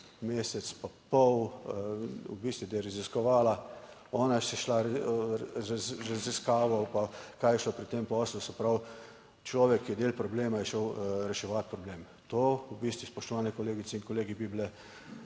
mesec pa pol, v bistvu, da je raziskovala. Ona je šla z raziskavo, pa kaj je šlo pri tem poslu. Se pravi, človek, ki je del problema je šel reševati problem. To v bistvu, spoštovane kolegice in kolegi, bi bile,